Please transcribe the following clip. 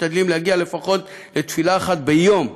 ומשתדלים להגיע לפחות לתפילה אחת ביום